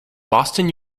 boston